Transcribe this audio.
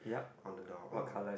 on the door oh